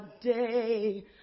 day